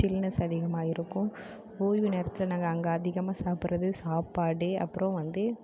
chillness அதிகமாக இருக்கும் ஓய்வு நேரத்தில் நாங்கள் அங்கே அதிகமாக சாப்பிட்றது சாப்பாடு அப்புறம் வந்து